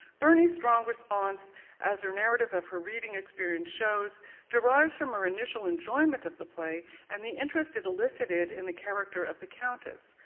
burney's strong response as her narrative of her reading experience shows derives from our initial enjoyment of the play and the interest it elicited in the character of the countess.